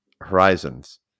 horizons